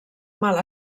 mal